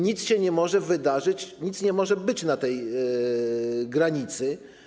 Nic się nie może wydarzyć i nic nie może być na granicy.